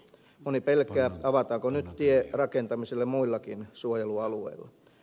moni pelkää avataanko nyt tie rakentamiselle muillakin suojelualueilla